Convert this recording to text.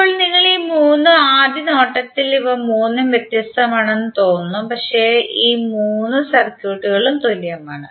ഇപ്പോൾ നിങ്ങൾ ഈ മൂന്നും ആദ്യ നോട്ടത്തിൽ ഇവ മൂന്നും വ്യത്യസ്തമാണെന്ന് തോന്നുന്നു പക്ഷേ ഈ മൂന്ന് സർക്യൂട്ടുകളും തുല്യമാണ്